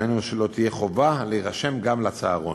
דהיינו שלא תהיה חובה להירשם גם לצהרון.